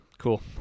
cool